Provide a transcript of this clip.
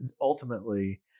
ultimately